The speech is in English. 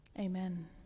Amen